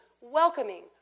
welcoming